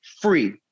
free